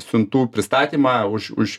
siuntų pristatymą už už